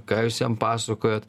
ką jūs jam pasakojat